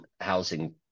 housing